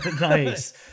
nice